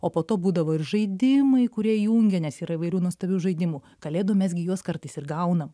o po to būdavo ir žaidimai kurie jungia nes yra įvairių nuostabių žaidimų kalėdų mes gi juos kartais ir gaunam